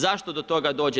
Zašto do toga dođe?